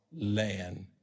land